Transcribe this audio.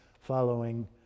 following